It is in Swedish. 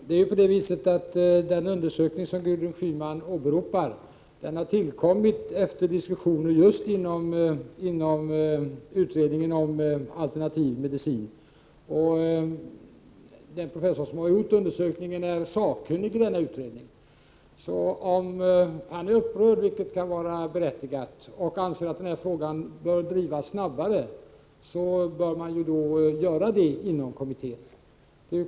Fru talman! Den undersökning som Gudrun Schyman åberopar har 16 mars 1989 tillkommit efter diskussioner just inom utredningen om alternativ medicin. Den professor som har gjort undersökningen är sakkunnig i utredningen. Om han är upprörd, vilket kan vara berättigat, och anser att frågan bör drivas snabbare, så bör man göra det inom kommittén.